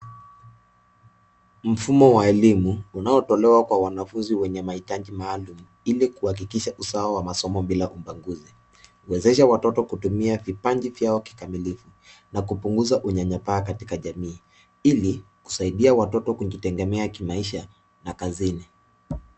Mfumo wa elimu unaotolewa kwa wanafunzi wenye mahitaji maalum ili kuhakikisha usawa wa masomo bila ubaguzi. Huwezesha watoto kutumia vipaji vyao kikamilifu na kupunguza unyanyapaa katika jamii ili kusaidia watoto kujitegemea kimaisha na kazini.